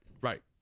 Right